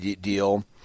deal